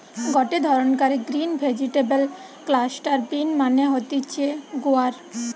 গটে ধরণকার green vegetable cluster bean মানে হতিছে গুয়ার